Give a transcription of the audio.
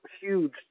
huge